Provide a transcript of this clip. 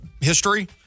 history